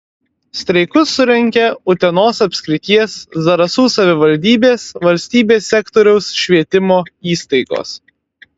streikus surengė utenos apskrities zarasų savivaldybės valstybės sektoriaus švietimo įstaigos